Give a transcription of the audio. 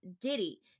Diddy